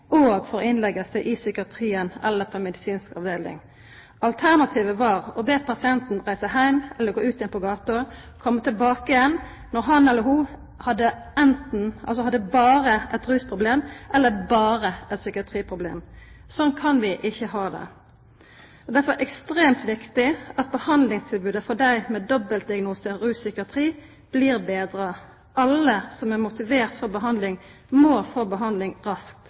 og for innleggelse i psykiatrien, eller på medisinsk avdeling. Alternativet var å be pasienten reise hjem, eller å gå ut på gaten igjen, og komme tilbake når han eller hun enten hadde bare et rusproblem eller bare et psykiatriproblem. Sånn kan vi ikke ha det. Det er derfor ekstremt viktig at behandlingstilbudet for dem med dobbeltdiagnose rus og psykiatri blir bedret. Alle som er motivert for behandling, må få behandling raskt.